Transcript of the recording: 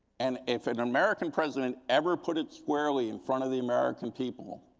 and if an american president ever put it squarely in front of the american people